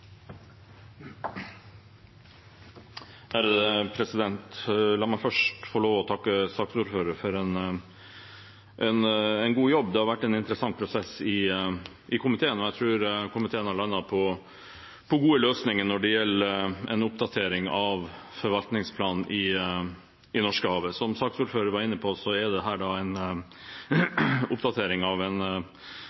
La meg først få lov til å takke saksordføreren for en god jobb. Det har vært en interessant prosess i komiteen, og jeg tror komiteen har landet på gode løsninger når det gjelder en oppdatering av forvaltningsplanen i Norskehavet. Som saksordføreren var inne på, er dette en oppdatering av en